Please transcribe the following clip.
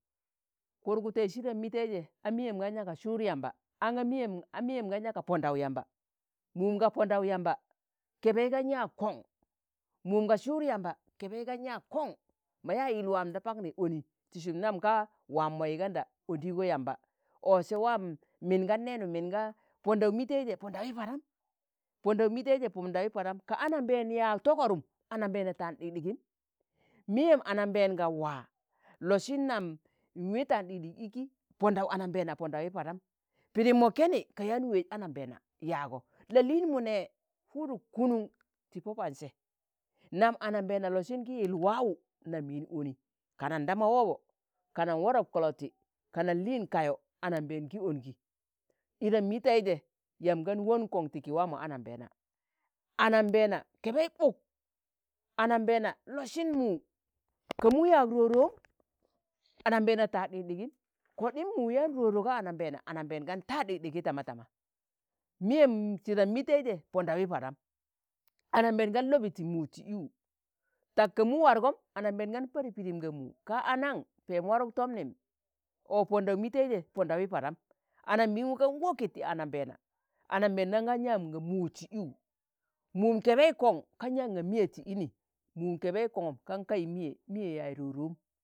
kurgute sidam miteije, a miyem gan ya ga suud yamba, aṇga miyem a miyem gan yaa ga pondau yamba, mum ga pondau yamba kẹbẹi gan ya kọn, mun ga su̱ud yamba kebai gan ya kon, ma yaa yil waam da pakni oni ti sum nam ga waam moi ganda ondigo yamba, ọ Se waam min gan nenu, min gaa Pọndaụ miteije pọndaụi param, pọndaụ miteije pọndawi param ka ananbeena yaag togorum, anambeena taan ɗikɗigim. Miyem anambeen ga waa losin nam mi tan ɗikɗigi iki pọndau ananbeena pọndawi padam, pidim mo keni ka yaan weej ananbeena yaago la'liinmu ne, puduk kunuṇ ti popanse, nam anambeena losin gi yil waa wu nam yin oni kanan da ma wọbọ, kanan wọrọp kọloti, kana liin kayọ ananbeen ki ongi idam miteiji yamb gan won koṇ ti ki waa mo ananbeena. Anambẹẹna kẹbẹi, ɓuk, anambẹẹna lọsịn mu ka mu, yaag ro- rom anambeena taan ɗịkɗịgịm, kọɗim mu yaan ro- ro ga anambẹẹna, anananbẹẹn gan ta ɗikɗigi tama tama, miyem Sidam mịtẹijẹ pọndawi padam, ananbẹẹn gan lọbị tiimu ti iwu, tak ka mu wargọm anambeen gan pari pidim ga mu, ka a nan peem waruk tomnim ọ pọndaụ miteije podawi padam, gan woke ti anambeena, anambeenan gan yaa mu ti iwu, mum kebei koṇ kan yaan g̣a miye ti ini, mum kẹbẹi kọngụm kan kayi miye miye yaaj ro- rom,